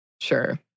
Sure